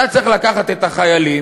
אתה צריך לקחת את החיילים,